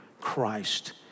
Christ